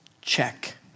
check